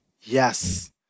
Yes